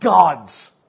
God's